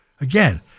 Again